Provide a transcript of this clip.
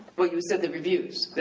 well, you said the reviews,